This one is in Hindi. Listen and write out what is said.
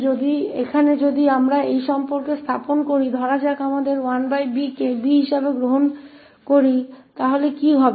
क्योंकि यहां अगर हम इस संबंध को सेट करते हैं तो मान लें कि हम 1 𝑎 को 𝑏 के रूप में लेते हैं तो अब क्या होगा